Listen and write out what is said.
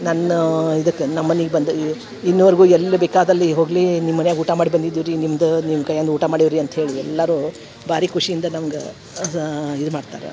ನನ್ನ ಇದಕ್ಕೆ ನಮ್ಮ ಮನಿಗೆ ಬಂದು ಇನ್ನುವರೆಗೂ ಎಲ್ಲಿ ಬೇಕಾದಲ್ಲಿ ಹೋಗಲಿ ನಿಮ್ಮ ಮನೆಯಾಗ ಊಟ ಮಾಡಿ ಬಂದಿದೀವಿ ರಿ ನಿಮ್ದು ನಿಮ್ಮ ಕೈಯಂದು ಊಟ ಮಾಡೀವಿ ರಿ ಅಂತ್ಹೇಳಿ ಎಲ್ಲರೂ ಭಾರಿ ಖುಷಿಯಿಂದ ನಮ್ಗೆ ಅದು ಇದು ಮಾಡ್ತಾರ